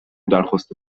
درخواست